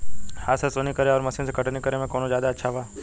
हाथ से सोहनी करे आउर मशीन से कटनी करे मे कौन जादे अच्छा बा?